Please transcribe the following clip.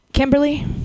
Kimberly